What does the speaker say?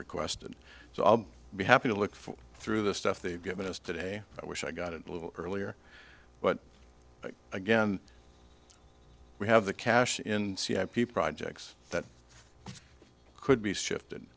requested so i'll be happy to look for through the stuff they've given us today i wish i got it a little earlier but again we have the cash in the projects that could be shifted